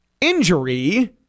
Injury